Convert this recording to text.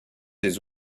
des